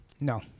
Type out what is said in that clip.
No